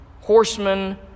horsemen